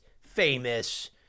famous